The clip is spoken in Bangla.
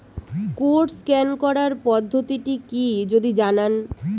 কোড স্ক্যান করার পদ্ধতিটি কি যদি জানান?